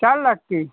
चार लाख की